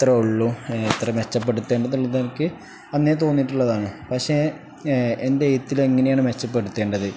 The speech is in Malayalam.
എത്ര ഉള്ളു എത്ര മെച്ചപ്പെടുത്തേണ്ടത്ുള്ളത് എനിക്ക് അന്നേ തോന്നിട്ടുള്ളതാണ് പക്ഷേ എൻ്റെ എയ്ത്തില എങ്ങനെയാണ് മെച്ചപ്പെടുത്തേണ്ടത്